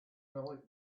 night